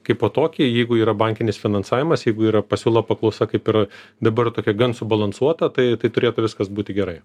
kaipo tokį jeigu yra bankinis finansavimas jeigu yra pasiūla paklausa kaip ir dabar tokia gan subalansuota tai tai turėtų viskas būti gerai